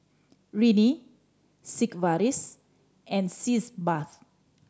Rene Sigvaris and Sitz Bath